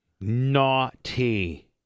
naughty